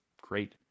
great